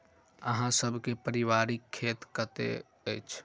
अहाँ सब के पारिवारिक खेत कतौ अछि?